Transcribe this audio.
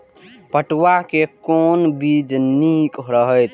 पटुआ के कोन बीज निक रहैत?